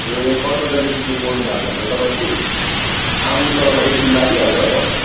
ए कलकत्तादेखिको बोल्नु भएको भने त तपाईँ आउनु तपाईँलाई एक दिन लागि हाल्छ हो